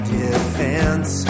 defense